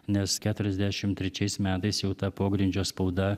nes keturiasdešimt trečiais metais jau ta pogrindžio spauda